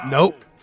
Nope